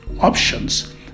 options